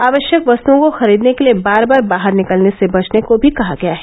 आवश्यक वस्तुओं को खरीदने के लिए बार बार बाहर निकलने से बचने को भी कहा गया है